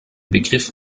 begriff